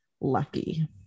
lucky